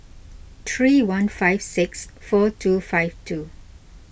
three one five six four two five two